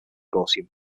gaussian